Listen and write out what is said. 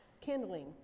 kindling